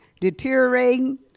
deteriorating